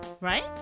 right